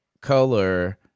color